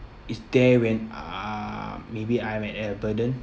it's there when uh maybe I'm at a burden